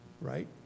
right